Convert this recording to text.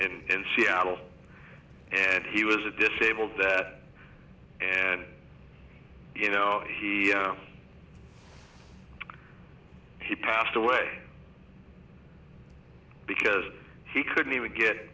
in seattle and he was a disabled that and you know he passed away because he couldn't even get